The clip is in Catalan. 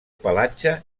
pelatge